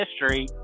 history